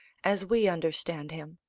as we understand him.